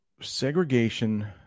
segregation